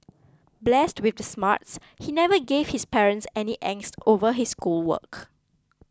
blessed with the smarts he never gave his parents any angst over his schoolwork